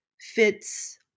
fits